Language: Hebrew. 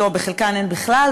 בחלקן אין בכלל,